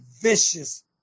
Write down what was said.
vicious